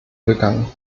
gegangen